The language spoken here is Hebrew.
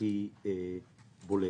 הכי בולטת.